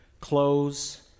clothes